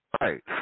right